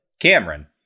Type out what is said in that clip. Cameron